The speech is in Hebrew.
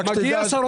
מגיע שר אוצר חדש.